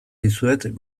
dizuet